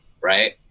right